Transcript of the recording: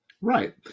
Right